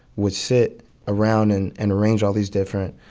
would sit around and and arrange all these different